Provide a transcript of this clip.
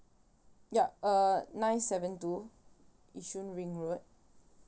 ya uh nine seven two yishun ring road